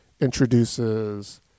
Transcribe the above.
introduces